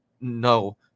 no